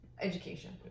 education